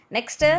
Next